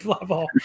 level